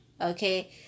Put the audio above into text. okay